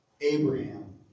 Abraham